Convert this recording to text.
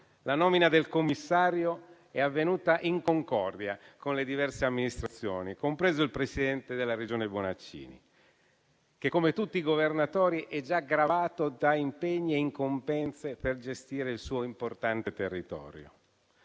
La nomina del commissario è avvenuta in concordia con le diverse amministrazioni, compreso il presidente della Regione Bonaccini che, come tutti i governatori, è già gravato da impegni e incombenze per gestire il suo importante territorio.